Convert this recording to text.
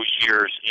years